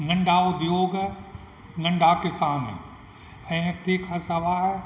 नन्ढा उद्दयोग नन्ढा किसान ऐं तंहिं खां सवाइ